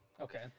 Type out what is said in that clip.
Okay